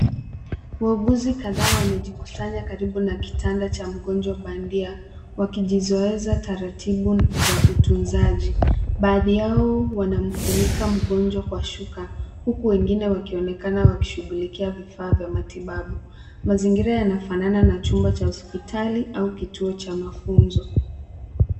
Wauguzi kadhaa wamejikusanya karibu na kitanda cha mgonjwa bandia wakijizoesha taratibu za utunzaji. Baadhi yao wanamfunika mgonjwa kwa shuka huku wengine wakionekana wakishughulikia vifaa vya matibabu. Mazingira yanafanana na chumba cha hospitali au kituo cha mafunzo.